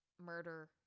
murder